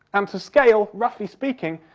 um to scale, roughly speaking,